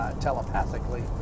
telepathically